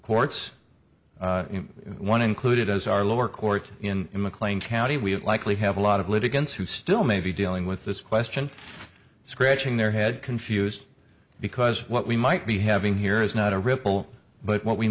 courts one included as our lower court in mclean county we have likely have a lot of litigants who still may be dealing with this question scratching their head confused because what we might be having here is not a ripple but what we